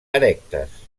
erectes